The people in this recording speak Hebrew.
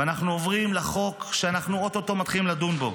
ואנחנו עוברים לחוק שאנחנו אוטוטו מתחילים לדון בו,